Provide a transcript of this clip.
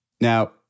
Now